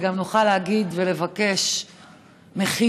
וגם נוכל להגיד ולבקש מחילה